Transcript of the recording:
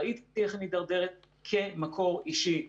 ראיתי איך היא מדרדרת כמקור אישי.